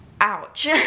ouch